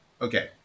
okay